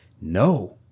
no